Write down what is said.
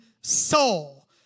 soul